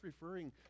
referring